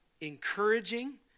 encouraging